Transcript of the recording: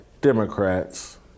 Democrats